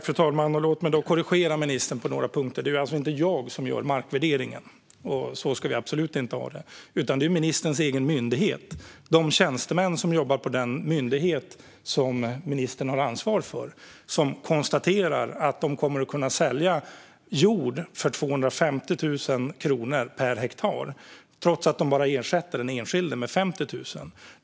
Fru talman! Låt mig korrigera ministern på några punkter. Det är inte jag som gör markvärderingen. Så ska vi absolut inte ha det. Det är ministerns egen myndighet och de tjänstemän som jobbar på den myndighet som ministern har ansvar för som konstaterar att de kommer att kunna sälja jord för 250 000 kronor per hektar, trots att de bara ersätter den enskilde med 50 000.